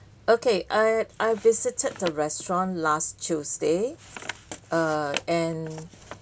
okay I I visited the restaurant last tuesday uh and